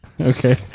Okay